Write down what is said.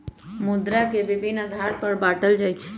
मुद्रा के विभिन्न आधार पर बाटल जाइ छइ